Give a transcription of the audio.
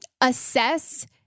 assess